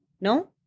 No